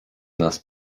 nas